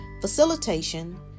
Facilitation